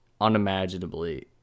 unimaginably